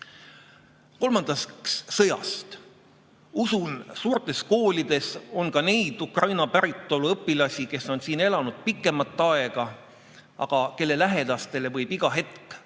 Kolmandaks, sõjast. Usun, et suurtes koolides on ka neid Ukraina päritolu õpilasi, kes on siin elanud pikemat aega, aga kelle lähedastele võib iga hetk kaela